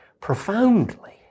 profoundly